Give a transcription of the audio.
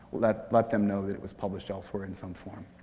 let let them know that it was published elsewhere in some form.